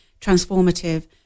transformative